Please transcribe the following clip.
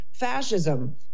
Fascism